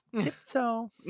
tiptoe